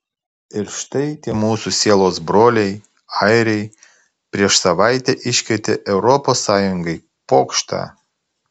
ir štai tie mūsų sielos broliai airiai prieš savaitę iškrėtė europos sąjungai pokštą